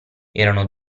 erano